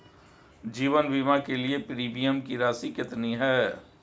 जीवन बीमा के लिए प्रीमियम की राशि कितनी है?